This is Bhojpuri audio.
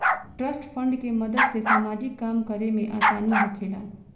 ट्रस्ट फंड के मदद से सामाजिक काम करे में आसानी होखेला